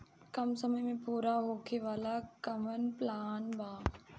कम समय में पूरा होखे वाला कवन प्लान बा?